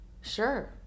Sure